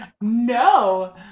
no